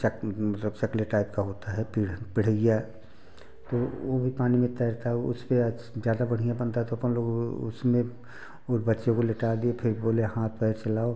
चक मतलब चकले टाइप का होता है पीढ़ा पिढ़इया तो वह भी पानी में तैरता है उस पर ज़्यादा बढ़िया बनता है तो अपन लोग उसमें उस बच्चे को लिटा दिए फिर बोले हाथ पैर चलाओ